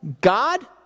God